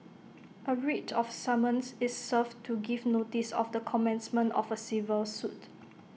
A writ of summons is served to give notice of the commencement of A civil suit